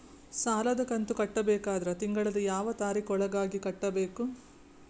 ಸಾಲದ ಕಂತು ಕಟ್ಟಬೇಕಾದರ ತಿಂಗಳದ ಯಾವ ತಾರೀಖ ಒಳಗಾಗಿ ಕಟ್ಟಬೇಕು?